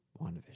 WandaVision